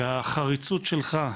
והחריצות שלך,